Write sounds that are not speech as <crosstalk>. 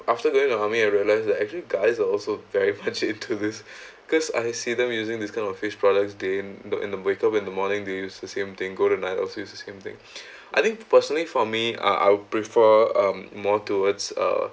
after going to army I realise that actually guys are also very much <laughs> into this cause I see them using this kind of face products during in the in the wake up in the morning they use the same thing go go to night also use the same thing <breath> I think personally for me uh I'll prefer um more towards uh